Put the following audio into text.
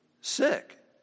sick